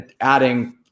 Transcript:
adding